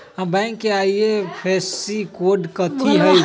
हमर बैंक के IFSC code कथि हई?